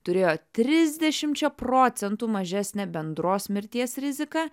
turėjo trisdešimčia procentų mažesnę bendros mirties riziką